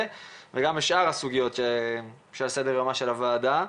וגם בשאר הסוגיות שעל סדר יומה של הוועדה.